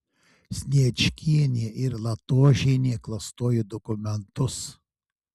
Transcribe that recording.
sniečkienė ir latožienė klastojo dokumentus